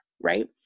Right